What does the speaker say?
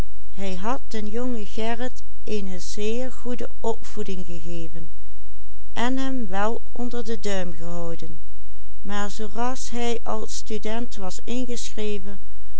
gehouden maar zooras hij als student was ingeschreven